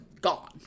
gone